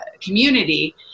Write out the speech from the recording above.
community